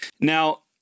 Now